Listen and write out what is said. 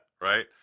Right